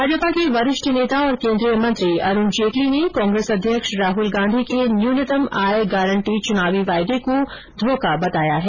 भाजपा के वरिष्ठ नेता और केन्द्रीय मंत्री अरुण जेटली ने कांग्रेस अध्यक्ष राहुल गांधी के न्यूनतम आय गारन्टी च्रनावी वायदे को धोखा बताया है